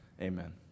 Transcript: amen